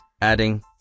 adding